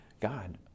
God